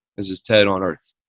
this is ted on earth.